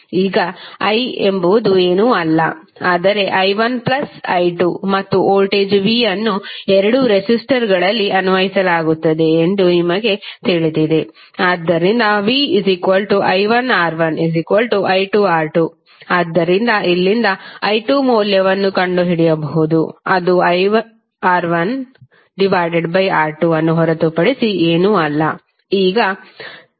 ಈಗ i ಎಂಬುದು ಏನೂ ಅಲ್ಲ ಆದರೆ i1 ಪ್ಲಸ್ i2 ಮತ್ತು ವೋಲ್ಟೇಜ್ v ಅನ್ನು ಎರಡೂ ರೆಸಿಸ್ಟರ್ಗಳಲ್ಲಿ ಅನ್ವಯಿಸಲಾಗುತ್ತದೆ ಎಂದು ನಿಮಗೆ ತಿಳಿದಿದೆ ಆದ್ದರಿಂದ vi1R1i2R2 ಆದ್ದರಿಂದ ಇಲ್ಲಿಂದ i2 ಮೌಲ್ಯವನ್ನು ಕಂಡುಹಿಡಿಯಬಹುದು ಅದು i1R1R2ಅನ್ನು ಹೊರತುಪಡಿಸಿ ಏನೂ ಅಲ್ಲ